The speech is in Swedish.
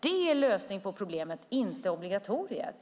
Det är lösningen på problemet, inte obligatoriet.